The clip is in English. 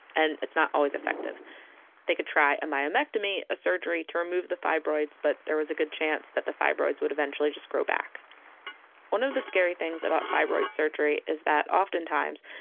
and it's not always effective they could try a myomectomy, a surgery to remove the fibroids, but there was a good chance that the fibroids would eventually just grow back one of the scary things about fibroid surgery is that oftentimes,